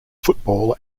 football